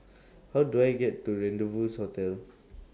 How Do I get to Rendezvous Hotel